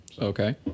Okay